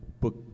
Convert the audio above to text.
book